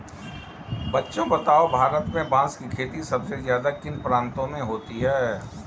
बच्चों बताओ भारत में बांस की खेती सबसे ज्यादा किन प्रांतों में होती है?